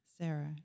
Sarah